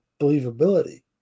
believability